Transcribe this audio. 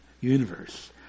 universe